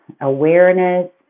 awareness